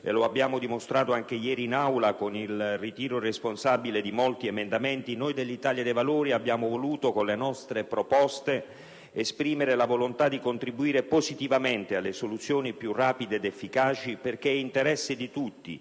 e lo abbiamo dimostrato anche ieri in Aula con il ritiro responsabile di molti emendamenti - noi dell'Italia dei Valori abbiamo voluto, con le nostre proposte, esprimere la volontà di contribuire positivamente alle soluzioni più rapide ed efficaci. È infatti interesse di tutti